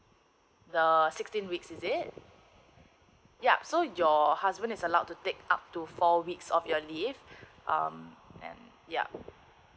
the sixteen weeks is it yup so your husband is allowed to take up to four weeks of your leave um and yeah